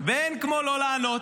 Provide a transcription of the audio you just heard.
ואין כמו לא לענות.